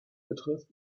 betrifft